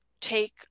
take